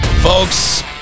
Folks